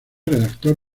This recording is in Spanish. redactor